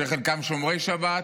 שחלקם שומרי שבת,